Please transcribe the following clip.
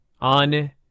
on